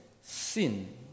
sin